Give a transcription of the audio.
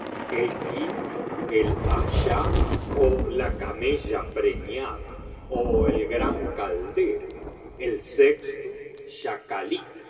el quinto el ascha ó la camella preñada ó el gran caldero el sexto